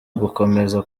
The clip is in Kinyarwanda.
ugukomeza